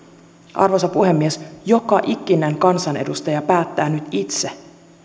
arvoisa puhemies joka ikinen kansanedustaja päättää nyt itse